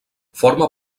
forma